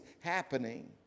happening